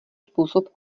způsob